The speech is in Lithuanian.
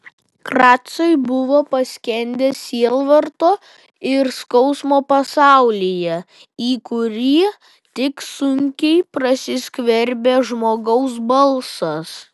kracai buvo paskendę sielvarto ir skausmo pasaulyje į kurį tik sunkiai prasiskverbė žmogaus balsas